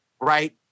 Right